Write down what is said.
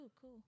cool